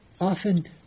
often